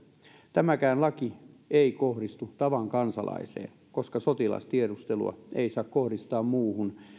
tämäkään laki ei kohdistu tavan kansalaiseen koska sotilastiedustelua ei saa kohdistaa muuhun